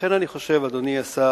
לכן אני חושב, אדוני השר,